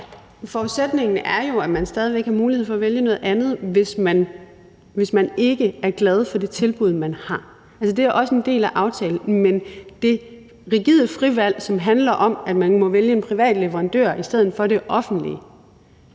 Forudsætningen er jo, at man stadig væk har mulighed for at vælge noget andet, hvis man ikke er glad for det tilbud, man har fået. Altså, det er også en del af aftalen. Men det rigide frie valg, som handler om, at man må vælge en privat leverandør i stedet for det offentlige,